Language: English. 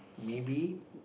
maybe